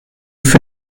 für